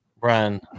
Brian